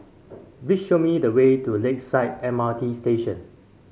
please show me the way to Lakeside M R T Station